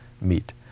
meet